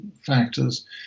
factors